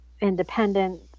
independent